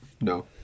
No